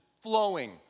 flowing